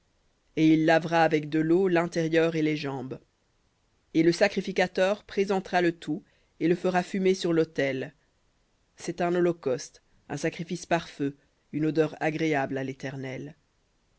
et il lavera avec de l'eau l'intérieur et les jambes et le sacrificateur présentera le tout et le fera fumer sur l'autel c'est un holocauste un sacrifice par feu une odeur agréable à l'éternel